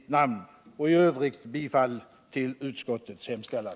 I övrigt yrkar jag bifall till utskottets hemställan.